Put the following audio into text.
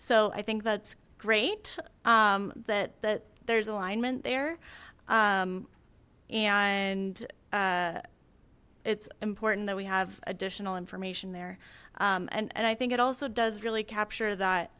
so i think that's great that that there's alignment there and it's important that we have additional information there and and i think it also does really capture that